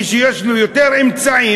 מי שיש לו יותר אמצעים,